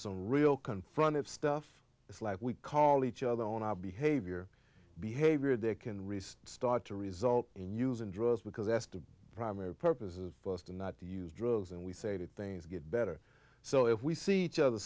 some real confront of stuff it's like we call each other on our behavior behavior that can resist start to result in using drugs because that's the primary purpose is not to use drugs and we say things get better so if we see each other